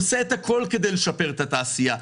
עושה את הכול כדי לשפר את התעשייה.